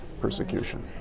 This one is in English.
persecution